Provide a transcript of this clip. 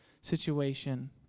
situation